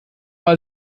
mal